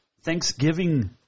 Thanksgiving